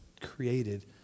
created